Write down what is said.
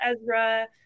ezra